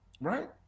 right